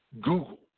Google